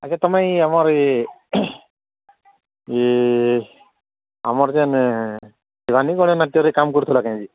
ଆଛା ତୁମେ ଆମର ଏ ଇଏ ଆମର କେନେ ଶିବାନୀ ଗଣନାଟ୍ୟରେ କାମ କରୁଥିଲ କାଇଁକି